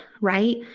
right